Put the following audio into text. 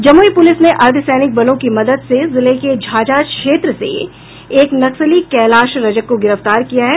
Jamui police ने अर्द्वसैनिक बलों की मदद से जिले के झाझा क्षेत्र से एक नक्सली कैलाश रजक को गिरफ्तार किया है